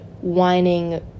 whining